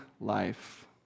life